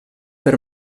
per